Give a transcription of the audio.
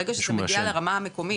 ברגע שזה מגיע לרמה המקומית,